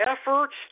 efforts